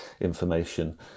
information